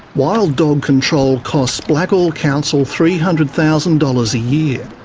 wild dog control costs blackall council three hundred thousand dollars a year.